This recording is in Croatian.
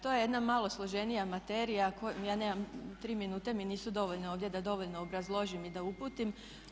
To je jedna malo složenija materija koju ja nemam, tri minute mi nisu dovoljne ovdje da dovoljno obrazložim i da uputim.